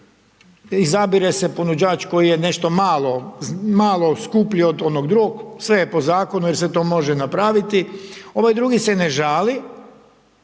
Izabire se ponuđač koji je nešto malo skuplji od onog drugog, sve je po zakonu jer se to može napraviti. Ovaj drugi se ne žali.